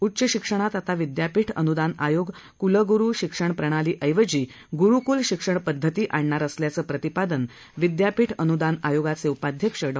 उच्च शिक्षणात आता विद्यापीठ अनूदान आयोग क्लग्रू शिक्षण प्रणाली ऐवजी गुरूकुल शिक्षण पद्धती आणणार असल्याचं प्रतिपादन विद्यापीठ अनुदान आयोगाचे उपाध्यक्ष डॉ